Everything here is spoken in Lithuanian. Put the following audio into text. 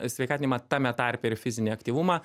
sveikatinimą tame tarpe ir fizinį aktyvumą